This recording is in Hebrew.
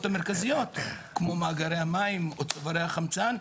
המרכזיות כמו מאגרי המים או צוברי החמצן,